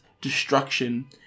destruction